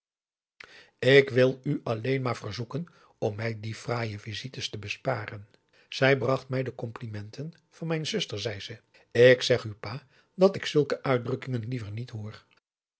ik wil u alleen maar verzoeken om mij die fraaie visites p a daum de van der lindens c s onder ps maurits te besparen zij bracht mij de complimenten van mijn zuster zei ze ik zeg u pa dat ik zulke uitdrukkingen liever niet hoor